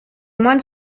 moines